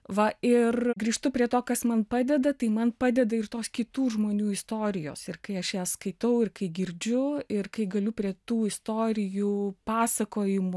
va ir grįžtu prie to kas man padeda tai man padeda ir tos kitų žmonių istorijos ir kai aš jas skaitau ir kai girdžiu ir kai galiu prie tų istorijų pasakojimų